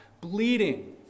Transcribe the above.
bleeding